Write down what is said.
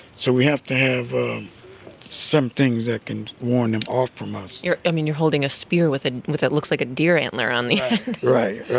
so we have to have some things that can warn them off from us you're i mean, you're holding a spear with ah with it looks like a deer antler on the end right,